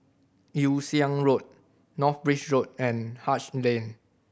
Yew Siang Road North Bridge Road and Haig Lane